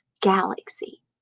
galaxy